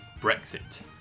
Brexit